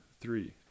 three